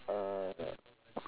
uh